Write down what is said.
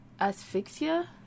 asphyxia